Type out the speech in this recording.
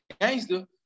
gangster